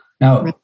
Now